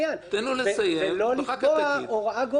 לא לקבוע הוראה גורפת.